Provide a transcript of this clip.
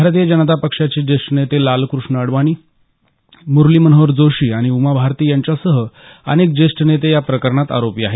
भारतीय जनता पक्षाचे ज्येष्ठ नेते लालकृष्ण अडवाणी मुरलीमनोहर जोशी आणि उमा भारती यांच्यासह अनेक ज्येष्ठ नेते या प्रकरणात आरोपी आहेत